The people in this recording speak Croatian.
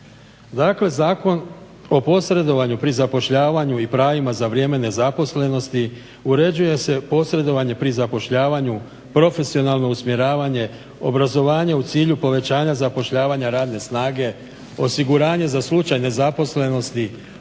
Dakle, Zakonom o posredovanju pri zapošljavanju i pravima za vrijeme nezaposlenosti uređuje se posredovanje pri zapošljavanju, profesionalno usmjeravanje, obrazovanje u cilju povećanja zapošljavanja radne snage, osiguranje za slučaj nezaposlenosti,